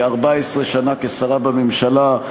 כ-14 שנה כשרה בממשלה.